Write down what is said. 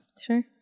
Sure